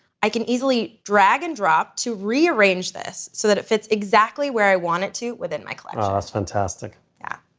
i can easily drag and drop to rearrange this, so that it fits exactly where i want it to within my collection. that's fantastic. yeah.